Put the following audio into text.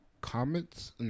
comments